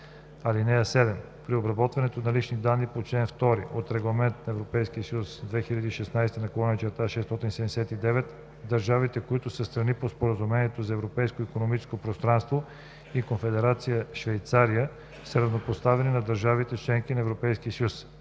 25е. (7) При обработването на лични данни по чл. 2 от Регламент (ЕС) 2016/679 държавите, които са страни по Споразумението за Европейското икономическо пространство, и Конфедерация Швейцария са равнопоставени на държавите – членки на Европейския съюз.